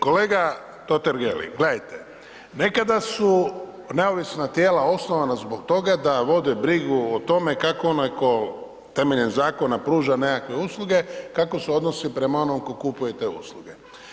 Kolega Totgergeli, gledajte, nekada su neovisna tijela osnovana zbog toga da vode brigu o tome kako onaj tko temeljem zakona pruža nekakve usluge, kako se odnosi prema onome tko kupuje te usluge.